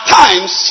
times